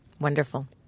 Wonderful